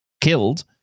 killed